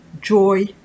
joy